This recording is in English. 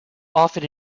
often